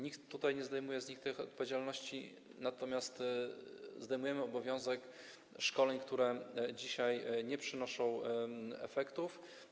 Nikt tutaj nie zdejmuje z nich tej odpowiedzialności, natomiast zdejmujemy obowiązek szkoleń, które dzisiaj nie przynoszą efektów.